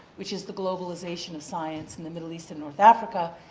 which is the globalization of science in the middle east and north africa,